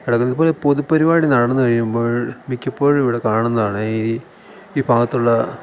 കിടക്കുന്നത് ഇതുപോലെ പൊതു പരിപാടി നടന്നു കഴിയുമ്പോൾ മിക്കപ്പോഴും ഇവിടെ കാണുന്നതാണ് ഈ ഈ ഭാഗത്തുള്ള